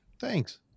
Thanks